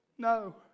No